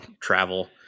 travel